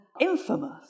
infamous